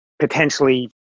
potentially